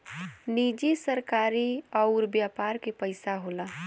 निजी सरकारी अउर व्यापार के पइसा होला